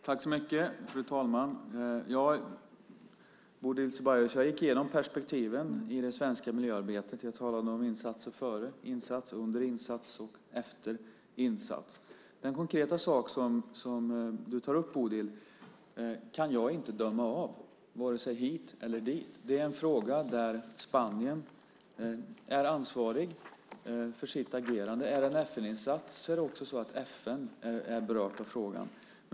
Fru talman! Jag gick igenom perspektiven i det svenska miljöarbetet. Jag talade om åtgärder före, under och efter insats. Den konkreta sak som Bodil tar upp kan jag inte döma av, vare sig hit eller dit. Det är en fråga där Spanien är ansvarigt för sitt agerande. Om det är en FN-insats är också FN berört av frågan.